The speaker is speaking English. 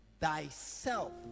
thyself